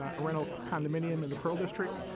a rental condominium in the pearl district.